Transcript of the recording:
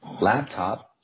laptop